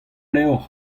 levr